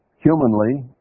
Humanly